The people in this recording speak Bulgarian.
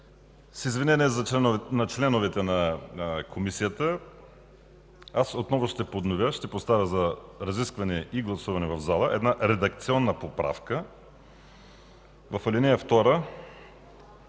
С извинение на членовете на Комисията аз отново ще поставя на разискване и гласуване в зала една редакционна поправка в ал. 2,